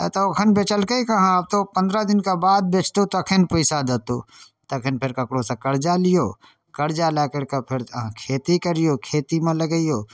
एतऽ एखन बेचलकै कहाँ आब तऽ ओ पनरह दिनका बाद बेचतौ तखन पइसा देतौ तखन फेर ककरोसँ करजा लिऔ करजा लऽ करिके फेर अहाँ खेती करिऔ खेतीमे लगैऔ